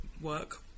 work